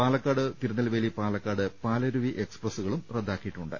പാലക്കാട് തിരുനെൽവേലി പാലക്കാട് പാലരുവി എക്സ്പ്രസ്സുകളും റദ്ദാക്കിയിട്ടുണ്ട്